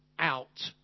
out